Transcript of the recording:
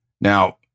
Now